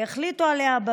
יחליטו עליהם בממשלה.